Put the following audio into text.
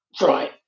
Right